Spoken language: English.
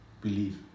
believe